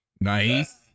Nice